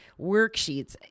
worksheets